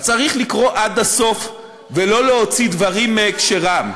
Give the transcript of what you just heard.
אז צריך לקרוא עד הסוף ולא להוציא דברים מהקשרם.